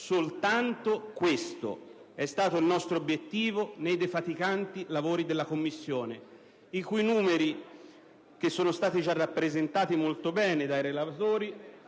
soltanto questo, è stato il nostro obiettivo nei defaticanti lavori della Commissione, i cui numeri, che sono stati già rappresentati molto bene dai relatori,